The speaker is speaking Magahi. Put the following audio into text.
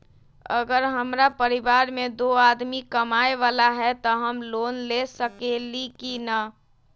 अगर हमरा परिवार में दो आदमी कमाये वाला है त हम लोन ले सकेली की न?